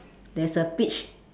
there's a peach